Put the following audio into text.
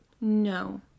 No